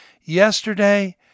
yesterday